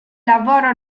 lavoro